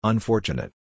Unfortunate